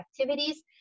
activities